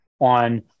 on